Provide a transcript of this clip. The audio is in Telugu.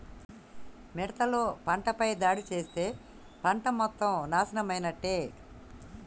మిడతలు పంటపై దాడి చేస్తే పంట మొత్తం నాశనమైనట్టే